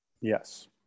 Yes